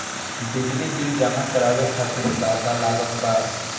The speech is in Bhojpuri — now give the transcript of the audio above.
बिजली बिल जमा करावे खातिर का का लागत बा?